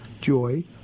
joy